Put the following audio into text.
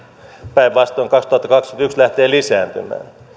päinvastoin kaksituhattakaksikymmentäyksi se lähtee lisääntymään